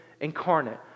incarnate